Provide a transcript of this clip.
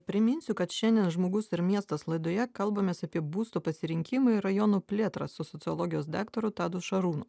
priminsiu kad šiandien žmogus ir miestas laidoje kalbamės apie būsto pasirinkimą ir rajonų plėtrą su sociologijos daktaru tadu šarūnu